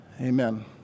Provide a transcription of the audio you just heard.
Amen